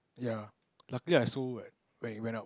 ya lucky I sold at when it went up